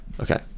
Okay